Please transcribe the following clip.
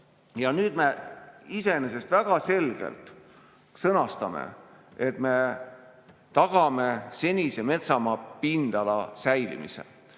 Nüüd me iseenesest väga selgelt sõnastame, et me tagame senise metsamaa pindala säilimise.